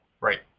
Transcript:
Right